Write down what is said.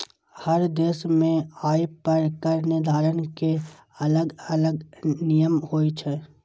हर देश मे आय पर कर निर्धारण के अलग अलग नियम होइ छै